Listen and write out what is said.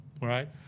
Right